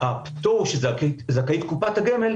הפטור שזכאית קופת הגמל,